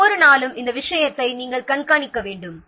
ஒவ்வொரு நாளும் இந்த விஷயத்தை கண்காணிக்க வேண்டும்